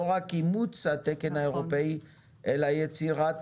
לא רק אימוץ התקן האירופאי אלא יצירת